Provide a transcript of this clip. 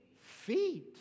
feet